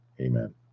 Amen